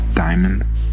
Diamonds